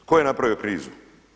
Tko je napravio krizu?